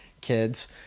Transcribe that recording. kids